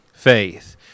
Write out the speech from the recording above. Faith